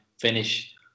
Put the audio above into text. finish